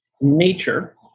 nature